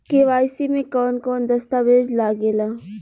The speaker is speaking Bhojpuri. के.वाइ.सी में कवन कवन दस्तावेज लागे ला?